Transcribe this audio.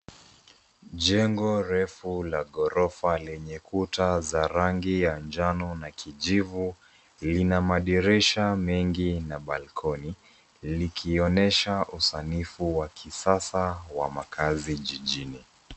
Jengo refu la ghorofa lenye kuta za rangi ya njano na kijivu. Lina madirisha mengi na balcony likionyesha usanifu wa kisasa wa makaazi jijini.